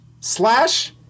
Slash